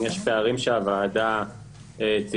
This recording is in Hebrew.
אם יש פערים שהוועדה ציינה,